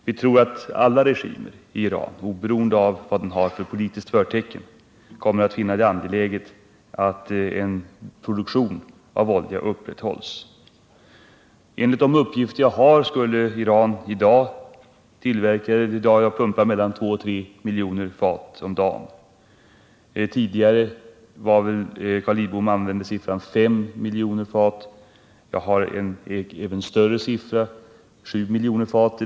Vi tror att alla regimer i Iran, oberoende av politiskt förtecken, kommer att finna det angeläget att en oljeproduktion upprätthålls. Enligt de uppgifter jag har skulle Iran i dag pumpa mellan 2 miljoner och 3 miljoner fat olja om dagen. Carl Lidbom uppgav att produktionen tidigare uppgick till 5 miljoner fat.